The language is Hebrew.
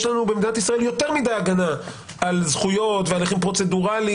יש לנו במדינת ישראל יותר מדיי הגנה על זכויות והליכים פרוצדורליים,